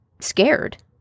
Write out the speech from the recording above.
scared